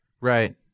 Right